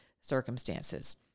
circumstances